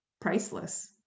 priceless